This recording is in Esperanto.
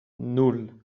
nul